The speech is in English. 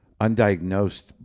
undiagnosed